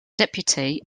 deputy